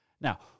Now